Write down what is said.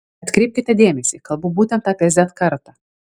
atkreipkite dėmesį kalbu būtent apie z kartą